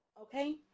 Okay